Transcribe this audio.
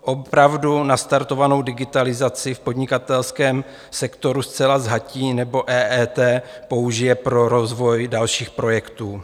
Opravdu nastartovanou digitalizaci v podnikatelském sektoru zcela zhatí, nebo EET použije pro rozvoj dalších projektů?